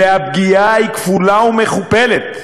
והפגיעה היא כפולה ומכופלת.